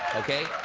okay,